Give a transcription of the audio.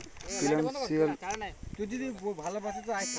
financial market হচ্যে আর্থিক বাজার যেখালে অর্থনীতির লেলদেল হ্য়েয়